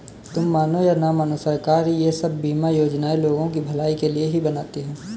तुम मानो या न मानो, सरकार ये सब बीमा योजनाएं लोगों की भलाई के लिए ही बनाती है